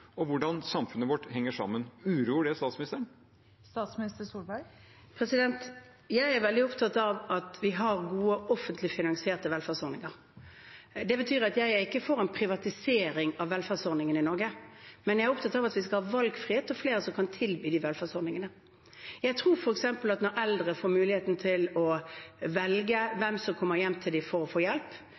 og hvordan samfunnet vårt henger sammen. Uroer det statsministeren? Jeg er veldig opptatt av at vi har gode offentlig finansierte velferdsordninger. Det betyr at jeg ikke er for en privatisering av velferdsordningene i Norge. Men jeg er opptatt av at vi skal ha valgfrihet og flere som kan tilby de velferdsordningene. Jeg tror f.eks. at når eldre får muligheten til å velge hvem som kommer hjem til dem for å